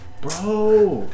Bro